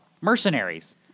mercenaries